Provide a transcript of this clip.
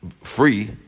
free